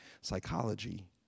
psychology